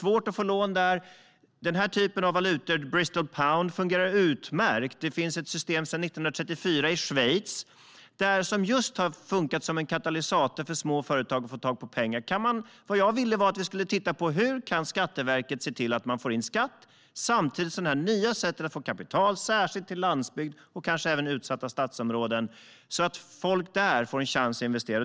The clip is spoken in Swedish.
Bristol pound fungerar utmärkt som valuta. Det finns ett system sedan 1934 i Schweiz som har fungerat som en katalysator för små företag att få tag på pengar. Jag ville att man skulle se på hur Skatteverket kan se till att staten får in skatt samtidigt som man inför det nya sättet för att få fram kapital, särskilt på landsbygden och kanske även i utsatta stadsområden så att folk där får en möjlighet att investera.